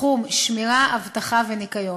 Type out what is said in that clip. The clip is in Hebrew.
בתחום השמירה, האבטחה והניקיון,